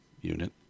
unit